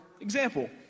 example